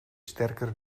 sterker